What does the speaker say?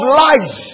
lies